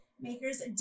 makers